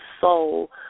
soul